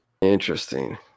Interesting